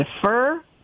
defer